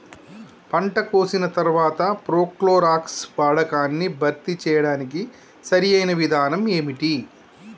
పంట కోసిన తర్వాత ప్రోక్లోరాక్స్ వాడకాన్ని భర్తీ చేయడానికి సరియైన విధానం ఏమిటి?